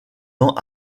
ans